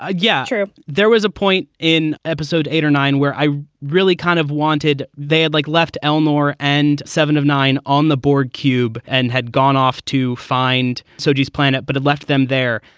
ah yeah so there was a point in episode eight or nine where i really kind of wanted they had like left elmore and seven of nine on the board qb and had gone off to find sophie's planet, but it left them there.